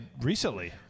recently